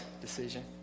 decision